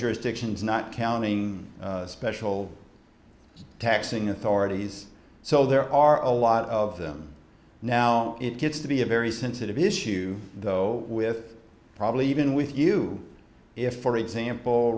jurisdictions not counting special taxing authorities so there are a lot of them now it gets to be a very sensitive issue though with probably even with you if for example